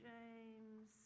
James